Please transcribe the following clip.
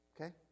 Okay